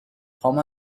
پامو